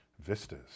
vistas